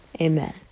amen